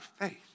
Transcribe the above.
faith